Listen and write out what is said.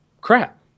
crap